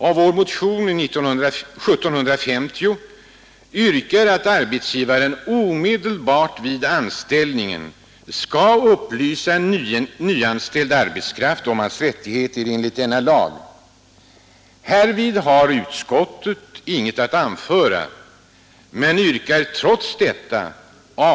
I vår motion 1750 yrkas också att arbetstgivaren omedelbart vid anställningen skall upplysa den nyanställde om hans rättigheter enligt denna lag. Utskottet kommenterar inte detta yrkande men avstyrker det trots detta.